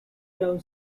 down